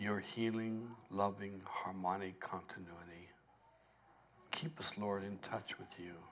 your healing loving the harmonic continuity keep us lord in touch with you